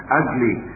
ugly